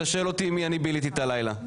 שואל אותי עם מי אני ביליתי את הלילה.